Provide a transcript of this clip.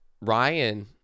Ryan